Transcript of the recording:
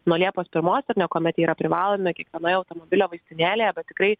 nuo liepos pirmos ar ne niekuomet yra privalomi kiekvienoje automobilio vaistinėlėje bet tikrai